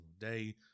day